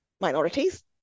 Minorities